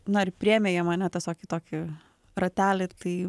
na ir priėmė jie mane tiesiog į tokį ratelį tai